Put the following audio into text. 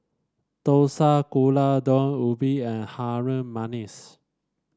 dosa Gulai Daun Ubi and Harum Manis